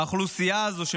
האוכלוסייה הזאת,